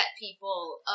people